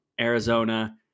Arizona